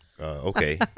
Okay